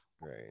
right